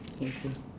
okay okay